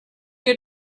you